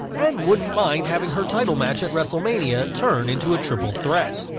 and wouldn't mind having her title match at wrestlemania turn into a triple threat